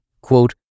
quote